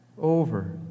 Over